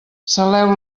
saleu